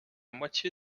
moitié